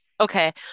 Okay